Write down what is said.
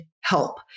help